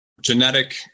genetic